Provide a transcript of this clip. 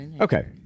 Okay